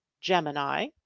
Gemini